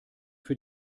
für